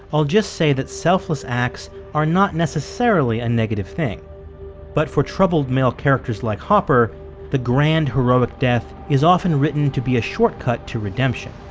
i'll just say that selfless acts are not necessarily a negative thing but for troubled male characters, like hopper the grand heroic death is often written to be a shortcut to redemption